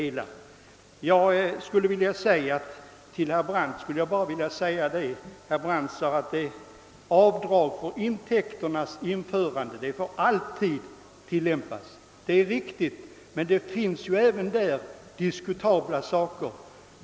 Herr Brandt sade att rätt till avdrag för intäkternas förvärvande alltid förelegat och det skall vi slå vakt om. Det är riktigt — men även därvidlag förekommer diskutabla saker.